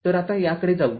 तर आता याकडे जाऊ